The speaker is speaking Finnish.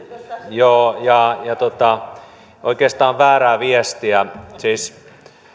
joo ja oikeastaan väärää viestiä siis